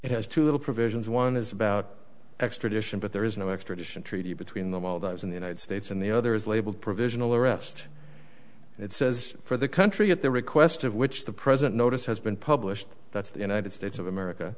it has two little provisions one is about extradition but there is no extradition treaty between the maldives and the united states and the other is labeled provisional arrest it says for the country at the request of which the president notice has been published that's the united states of america